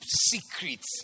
secrets